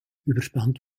überspannt